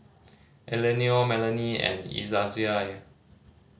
Eleanore Melanie and Izaiah